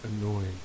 annoying